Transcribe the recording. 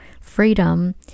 freedom